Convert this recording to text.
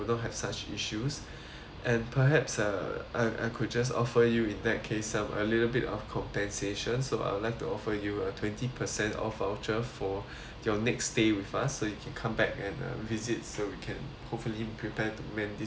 and perhaps uh I I could just offer you in that case um a little bit of compensation so I would like to offer you a twenty percent off voucher for your next stay with us so you can come back and uh visit so we can hopefully prepared to mend this relationship